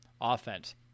offense